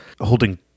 holding